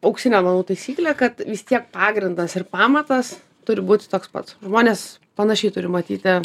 auksinė taisyklė kad vis tiek pagrindas ir pamatas turi būti toks pats žmonės panašiai turi matyti